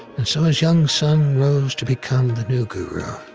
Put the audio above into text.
and so his young son rose to become the new guru.